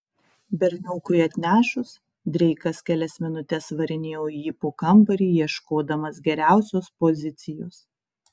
berniokui atnešus dreikas kelias minutes varinėjo jį po kambarį ieškodamas geriausios pozicijos